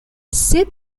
sed